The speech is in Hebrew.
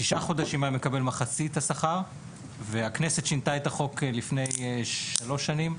ששה חודשים היה מקבל מחצית השכר והכנסת שינתה את החוק לפני שלוש שנים,